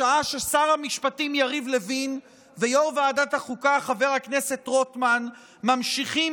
בשעה ששר המשפטים יריב לוין ויושב-ראש ועדת החוקה חבר הכנסת רוטמן ממשיכים